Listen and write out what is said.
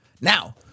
Now